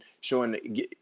showing